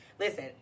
Listen